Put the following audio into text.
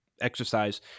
exercise